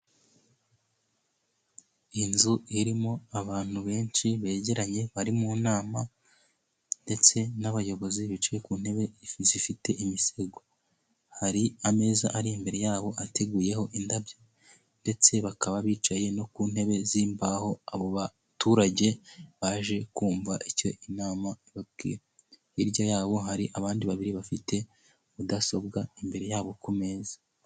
Iyi inzu irimo abantu benshi begeranye bari mu nama, ndetse n'abayobozi bicaye ku ntebe zifite imisego, hari ameza ari imbere yabo ateguyeho indabo ndetse bakaba bicaye no ku ntebe z'imbaho ,abo baturage baje kumva icyo inama ibabwira, hirya yabo hari abandi babiri bafite mudasobwa imbere yabo ku meza.